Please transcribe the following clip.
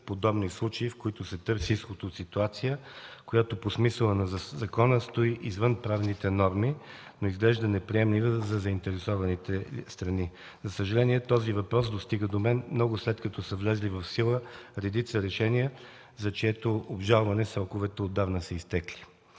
подобни случаи, в които се търси изход от ситуация, която по смисъла на закона стои извън правните норми, но изглежда неприемлива за заинтересованите страни. За съжаление, въпросът достига до мен много след като са влезли в сила редица решения, за чието обжалване сроковете отдавна са изтекли.